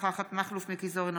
אינה נוכחת מכלוף מיקי זוהר,